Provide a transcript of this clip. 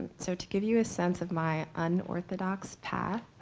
so to give you a sense of my and orthodox path,